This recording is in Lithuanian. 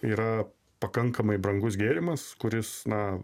yra pakankamai brangus gėrimas kuris na